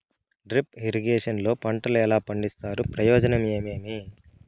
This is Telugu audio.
డ్రిప్ ఇరిగేషన్ లో పంటలు ఎలా పండిస్తారు ప్రయోజనం ఏమేమి?